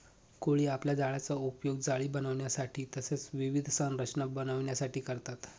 कोळी आपल्या जाळ्याचा उपयोग जाळी बनविण्यासाठी तसेच विविध संरचना बनविण्यासाठी करतात